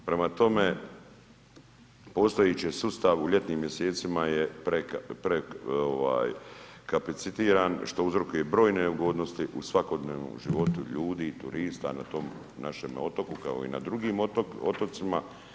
Prema tome postojeći sustav u ljetnim mjesecima je prekapacitiran što uzrokuje brojne neugodnosti u svakodnevnom životu ljudi, turista, na tom našem otoku kao i na drugim otocima.